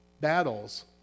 battles